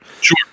Sure